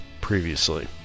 previously